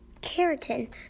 Keratin